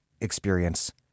experience